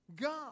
God